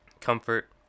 comfort